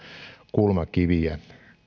kulmakiviä